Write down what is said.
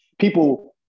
People